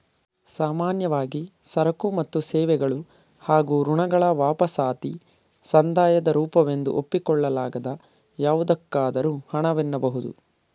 ಸಾಮಾನ್ಯವಾಗಿ ಸರಕು ಮತ್ತು ಸೇವೆಗಳು ಹಾಗೂ ಋಣಗಳ ವಾಪಸಾತಿ ಸಂದಾಯದ ರೂಪವೆಂದು ಒಪ್ಪಿಕೊಳ್ಳಲಾಗದ ಯಾವುದಕ್ಕಾದರೂ ಹಣ ವೆನ್ನಬಹುದು